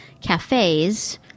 cafes